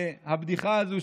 והבדיחה הזו,